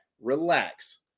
relax